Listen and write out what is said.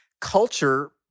culture